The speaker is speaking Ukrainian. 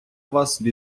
вас